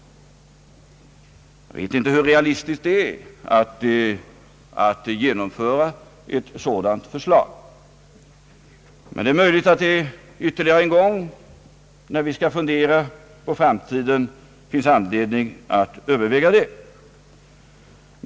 Jag vet inte hur realistiskt ett sådant förslag är, men det är möjligt att det någon gång i framtiden finns anledning att överväga detta förslag.